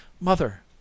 Mother